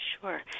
Sure